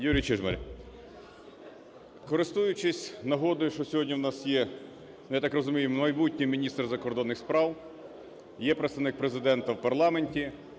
Юрій Чижмарь. Користуючись нагодою, що сьогодні у нас є, я так розумію, майбутній міністр закордонних справ, є Представник Президента в парламенті,